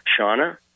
Shauna